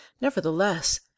nevertheless